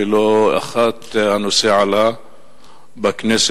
ולא אחת הנושא עלה בכנסת,